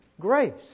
grace